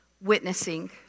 witnessing